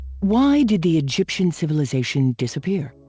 why did the egyptian civilization disappear?